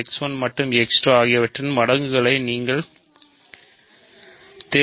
x 1 மற்றும் x 2 ஆகியவற்றின் மடங்குகளை நீங்கள் தேர்வு செய்ய முடியாது